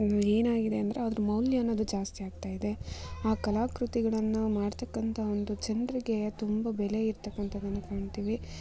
ಏನಾಗಿದೆ ಅಂದರೆ ಅದರ ಮೌಲ್ಯ ಅನ್ನೋದು ಜಾಸ್ತಿ ಆಗ್ತಾ ಇದೆ ಆ ಕಲಾ ಕೃತಿಗಳನ್ನು ಮಾಡ್ತಕ್ಕಂಥ ಒಂದು ಜನರಿಗೆ ತುಂಬ ಬೆಲೆ ಇರ್ತಕ್ಕಂಥದನ್ನು ಕಾಣ್ತೀವಿ